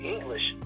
English